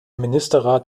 ministerrat